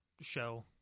show